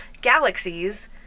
galaxies